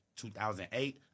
2008